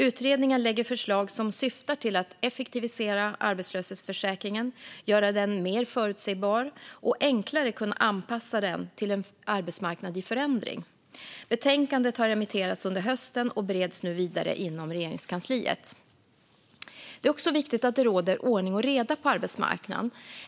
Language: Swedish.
Utredningen lägger fram förslag som syftar till att effektivisera arbetslöshetsförsäkringen, göra den mer förutsebar och enklare kunna anpassa den till en arbetsmarknad i förändring. Betänkandet har remitterats under hösten och bereds nu vidare inom Regeringskansliet. Det är också viktigt att det råder ordning och reda på arbetsmarknaden.